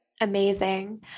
Amazing